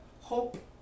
hope